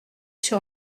sur